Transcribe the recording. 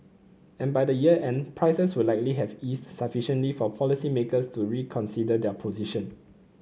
and by the year end prices would likely have eased sufficiently for policymakers to reconsider their position